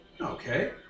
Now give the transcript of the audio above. Okay